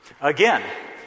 Again